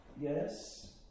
Yes